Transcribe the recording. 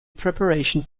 preparation